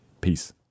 Peace